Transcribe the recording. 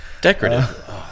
decorative